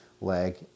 leg